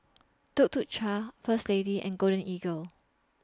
Tuk Tuk Cha First Lady and Golden Eagle